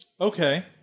Okay